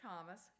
Thomas